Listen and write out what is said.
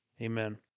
amen